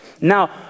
Now